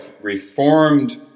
Reformed